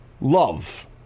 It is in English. love